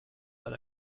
but